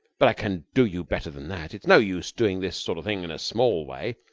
but i can do you better than that. it's no use doing this sort of thing in a small way.